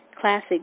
Classic